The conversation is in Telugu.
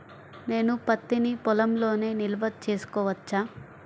నేను పత్తి నీ పొలంలోనే నిల్వ చేసుకోవచ్చా?